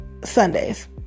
Sundays